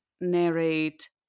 narrate